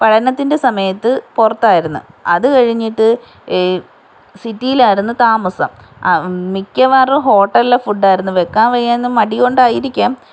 പഠനത്തിൻ്റെ സമയത്ത് പുറത്തായിരുന്നു അത് കഴിഞ്ഞിട്ട് സിറ്റീലായിരുന്ന താമസം മിക്കവാറും ഹോട്ടൽലെ ഫുഡായിരുന്നു വെക്കാൻ വയ്യാന്ന മടികൊണ്ടായിരിക്കാം